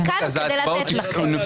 אני כאן כדי לתת לכם.